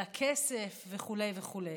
על הכסף וכו' וכו'.